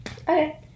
Okay